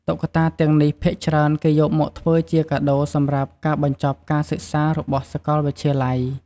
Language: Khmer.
តុក្កតាទាំងនេះ ភាគច្រើនគេយកវាមកធ្វើជាកាដូសម្រាប់ការបញ្ចប់ការសិក្សារបស់សាកលវិទ្យាល័យ។